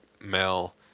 mail